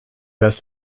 das